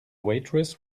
waitress